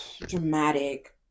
Dramatic